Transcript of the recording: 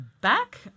back